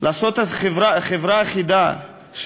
לעשות חברה אחידה,